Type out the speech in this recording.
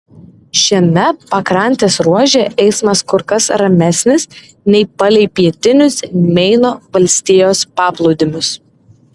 šiame pakrantės ruože eismas kur kas ramesnis nei palei pietinius meino valstijos paplūdimius